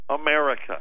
America